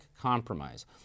compromise